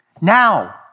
Now